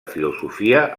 filosofia